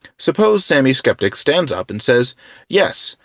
suppose sammy skeptic stands up and says yes,